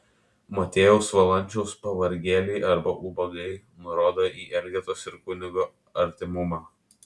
motiejaus valančiaus pavargėliai arba ubagai nurodo į elgetos ir kunigo artimumą